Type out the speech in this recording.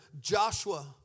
Joshua